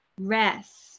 rest